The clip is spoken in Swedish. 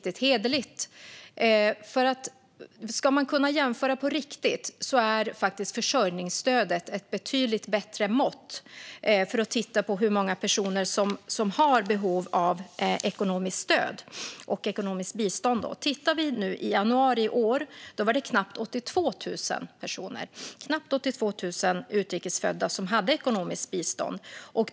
Ska man kunna jämföra på riktigt är faktiskt försörjningsstödet ett betydligt bättre mått för att titta på hur många personer som har behov av ekonomiskt bistånd. Tittar vi på hur det såg ut i januari i år var det knappt 82 000 utrikesfödda personer som hade ekonomiskt bistånd.